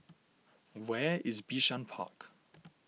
where is Bishan Park